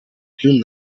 june